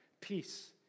Peace